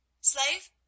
Slave